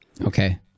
Okay